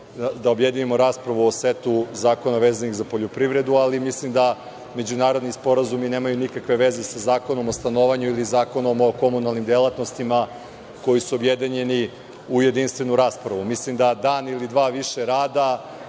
da objedinimo raspravu o setu zakona vezanih za poljoprivredu, ali mislim da međunarodni sporazumi nemaju nikakve veze sa Zakonom o stanovanju ili Zakonom o komunalnim delatnostima, koji su objedinjeni u jedinstvenu raspravu. Mislim da dan ili dva više rada